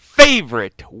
favorite